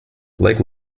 lake